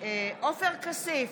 עופר כסיף,